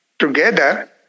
together